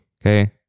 Okay